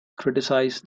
criticized